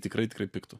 tikrai tikrai pigtų